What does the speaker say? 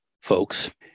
folks